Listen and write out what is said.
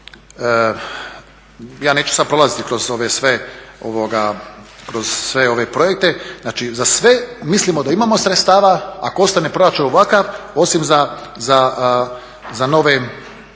Ja neću sada prolaziti kroz ove sve, kroz sve ove projekte, znači, za sve mislimo da imamo sredstava, ako ostane proračun ovakav, osim za nove